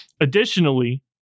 Additionally